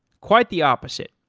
quite the opposite.